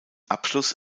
abschluss